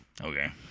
Okay